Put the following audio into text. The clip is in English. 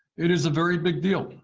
it is a very big deal.